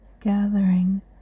gathering